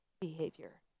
behavior